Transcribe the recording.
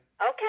Okay